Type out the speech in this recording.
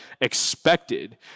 expected